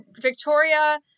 Victoria